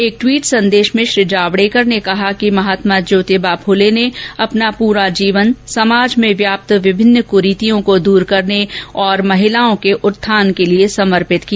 एक टवीट संदेश में श्री जावडेकर ने कहा कि महात्मा ज्योतिबा फुले ने अपना प्ररा जीवन समाज में व्याप्त विभिन्न कुरीतियों को दूर करने और महिलाओं के उत्थान के लिए समर्पित किया